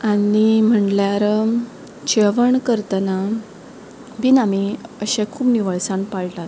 आनी म्हणल्यार जेवण करतना बीन आमी अशें खूब निवळसाण पाळटात